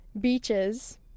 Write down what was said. Beaches